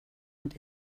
und